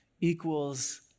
equals